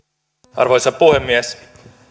arvoisa puhemies